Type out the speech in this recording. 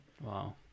wow